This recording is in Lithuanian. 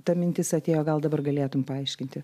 ta mintis atėjo gal dabar galėtum paaiškinti